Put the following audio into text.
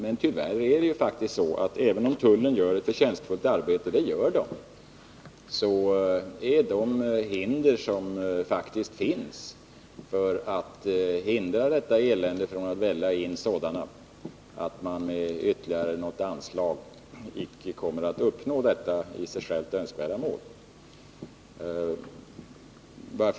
Men även om tullen gör ett förtjänstfullt arbete — och det gör den — kan man tyvärr inte med ytterligare något anslag uppnå detta i sig önskvärda mål.